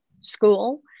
school